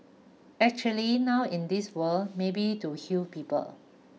actually now in this world maybe to heal people